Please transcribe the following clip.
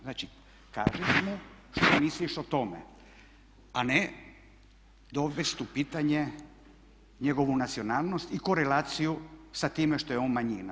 Znači kažeš mu što misliš o tome, a ne dovest u pitanje njegovu nacionalnost i korelaciju sa time što je on manjina.